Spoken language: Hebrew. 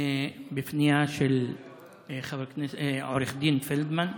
בפנייה של עו"ד פלדמן,